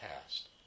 past